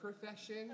profession